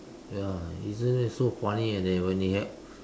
ya isn't it so funny and then when it hap~